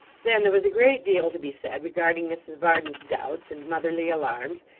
then, there was a great deal to be said regarding mrs varden's doubts, and motherly alarms,